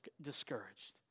discouraged